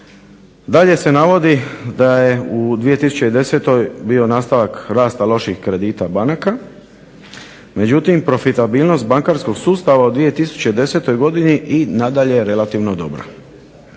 Dalje se navodi da je u 2010. bio nastavak rasta lošijih kredita banaka, međutim, profitabilnost bankarskog sustava u 2010. godini i nadalje relativno dobra.